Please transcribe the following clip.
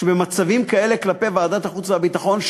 במצבים כאלה כלפי ועדת החוץ והביטחון,